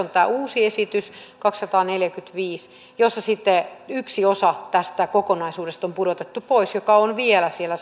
on tämä uusi esitys kaksisataaneljäkymmentäviisi jossa sitten yksi osa tästä kokonaisuudesta on pudotettu pois joka on vielä siellä